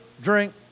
drink